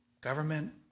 government